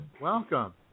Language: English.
welcome